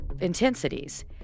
intensities